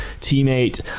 teammate